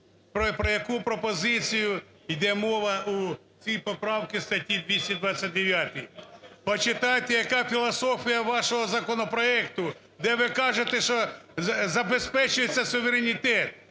про яку пропозицію йде мова у цій поправці статті 229-й? Почитайте, яка філософія вашого законопроекту, де ви кажете, що забезпечується суверенітет.